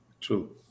True